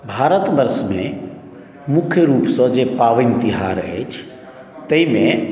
भारतवर्षमे मुख्य रूपसँ जे पाबनि तिहार अछि ताहिमे